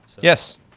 Yes